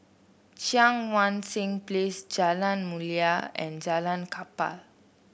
Cheang Wan Seng Place Jalan Mulia and Jalan Kapal